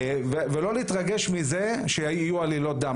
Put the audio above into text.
ולא להתרגש מזה שיהיו עלילות דם.